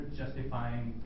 justifying